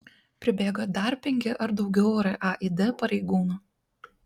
pribėgo dar penki ar daugiau raid pareigūnų